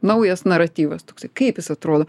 naujas naratyvas toksai kaip jis atrodo